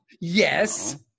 yes